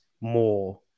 more